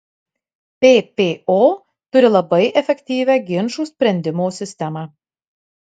ppo turi labai efektyvią ginčų sprendimo sistemą